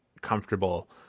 comfortable